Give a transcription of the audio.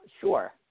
sure